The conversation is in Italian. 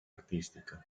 artistica